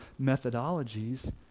methodologies